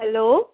hello